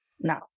Now